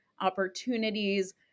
opportunities